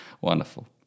Wonderful